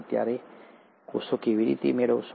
પરંતુ પછી તમે કોષો સુધી કેવી રીતે મેળવશો